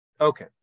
Okay